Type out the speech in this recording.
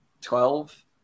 twelve